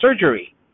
surgery